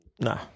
Nah